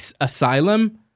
Asylum